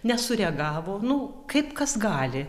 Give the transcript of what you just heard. nesureagavo nu kaip kas gali